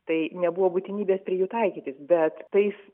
tai nebuvo būtinybės prie jų taikytis bet tais